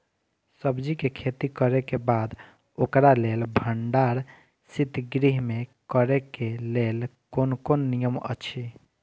सब्जीके खेती करे के बाद ओकरा लेल भण्डार शित गृह में करे के लेल कोन कोन नियम अछि?